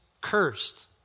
cursed